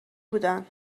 بودن